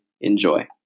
Enjoy